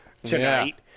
Tonight